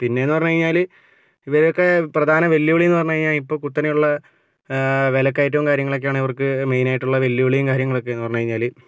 പിന്നേന്ന് പറഞ്ഞു കഴിഞ്ഞാല് ഇവരെയൊക്കേ പ്രധാന വെല്ലുവിളിയെന്ന് പറഞ്ഞു കഴിഞ്ഞാൽ ഇപ്പം കുത്തനെയുള്ള വിലകയറ്റവും കാര്യങ്ങളൊക്കെയാണ് ഇവര്ക്ക് മെയിന് ആയിട്ടുള്ള വെല്ലുവിളിയും കാര്യങ്ങളൊക്കേന്ന് പറഞ്ഞു കഴിഞ്ഞാല്